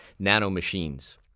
nanomachines